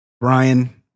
Brian